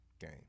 game